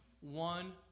one